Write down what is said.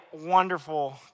wonderful